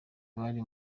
bari